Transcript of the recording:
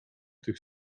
tych